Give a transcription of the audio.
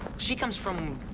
she come from,